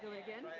again?